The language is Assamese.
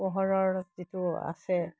পোহৰৰ যিটো আছে